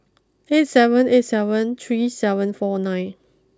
eight seven eight seven three seven four nine